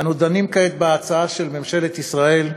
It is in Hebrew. אנו דנים כעת בהצעה של ממשלת ישראל,